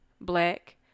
black